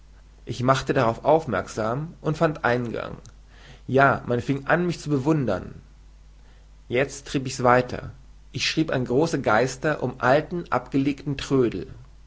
ich machte darauf aufmerksam und fand eingang ja man fing an mich zu bewundern jetzt trieb ich's weiter ich schrieb an große geister um alten abgelegten trödel